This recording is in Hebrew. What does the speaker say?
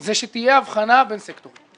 זה שתהיה הבחנה בין סקטורים.